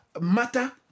matter